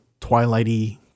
twilighty